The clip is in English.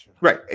Right